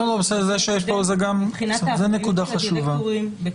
מבחינת האחריות של הדירקטורים,